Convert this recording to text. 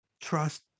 trust